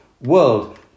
world